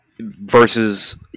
Versus